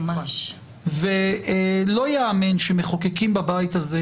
לא יאמן שמחוקקים בבית הזה,